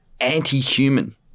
anti-human